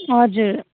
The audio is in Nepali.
हजुर